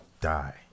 die